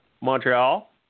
Montreal